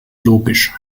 logisch